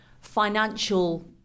financial